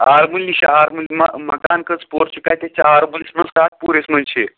آرمُلہِ نِش آ آرمُلہِ ما مَکان کٔژ پوٚہَر چھِ کَتٮ۪تھ چھِ آرمُلِس منٛز کَتھ پوٗرِس منٛز چھُ یہِ